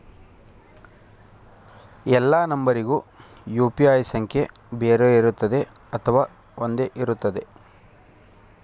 ಎಲ್ಲಾ ನಂಬರಿಗೂ ಯು.ಪಿ.ಐ ಸಂಖ್ಯೆ ಬೇರೆ ಇರುತ್ತದೆ ಅಥವಾ ಒಂದೇ ಇರುತ್ತದೆ?